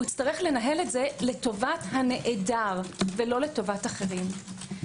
הוא יצטרך לנהל את זה לטובת הנעדר ולא לטובת אחרים.